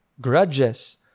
grudges